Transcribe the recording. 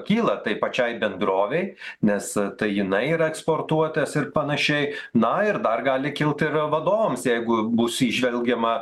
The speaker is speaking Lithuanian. kyla tai pačiai bendrovei nes tai jinai yra eksportuotojas ir panašiai na ir dar gali kilt ir vadovams jeigu bus įžvelgiama